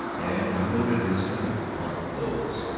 and you noted his heavy, blunt nose,